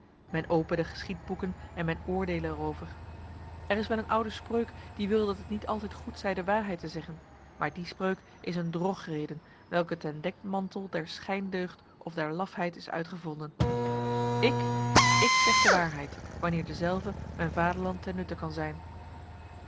men opene de geschiedboeken en men oordele erover er is wel een oude spreuk die wil dat het niet altijd goed zij de waarheid te zeggen maar die spreuk is een drogreden welke ten dekmantel der schijndeugd of der lafheid is uitgevonden ik ik zeg de waarheid wanneer dezelve mijn vaderland ten nutte kan zijn